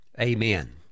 amen